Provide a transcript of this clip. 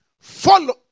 Follow